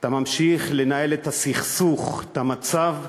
אתה ממשיך לנהל את הסכסוך, את המצב,